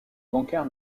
bancaire